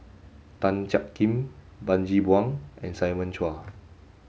Tan Jiak Kim Bani Buang and Simon Chua